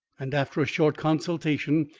and, after a short consultation,